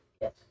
Yes